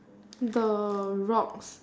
the rocks